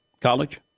College